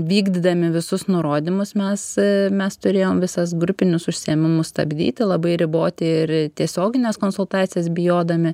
vykdydami visus nurodymus mes mes turėjom visas grupinius užsiėmimus stabdyti labai riboti ir tiesiogines konsultacijas bijodami